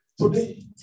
today